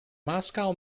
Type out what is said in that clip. moscow